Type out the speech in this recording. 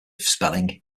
spelling